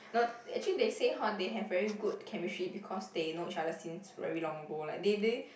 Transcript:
no actually they say hor they have very good chemistry because they know each other since very long ago like they they